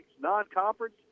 non-conference